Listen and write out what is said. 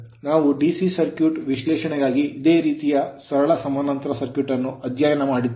ನಾವು DC circuit circuit ವಿಶ್ಲೇಷಣೆಗಾಗಿ ಇದೇ ರೀತಿಯ ಸರಳ ಸಮಾನಾಂತರ circuit ಸರ್ಕ್ಯೂಟ್ ಅನ್ನು ಅಧ್ಯಯನ ಮಾಡಿದ್ದೇವೆ